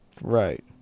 Right